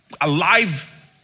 alive